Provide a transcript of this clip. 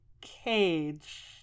cage